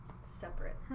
separate